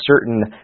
certain